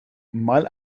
mal